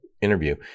interview